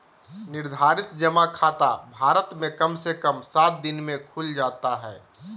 निर्धारित जमा खाता भारत मे कम से कम सात दिन मे खुल जाता हय